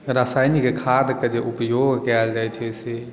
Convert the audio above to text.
रासायनिक खाद के जे उपयोग कायल जाइत छै से